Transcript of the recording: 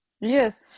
Yes